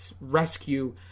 rescue